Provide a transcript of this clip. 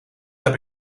heb